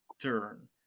turn